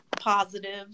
positive